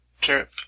trip